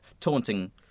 taunting